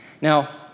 Now